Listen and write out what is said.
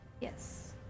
yes